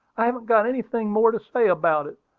i haven't got anything more to say about it.